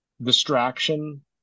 distraction